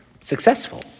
successful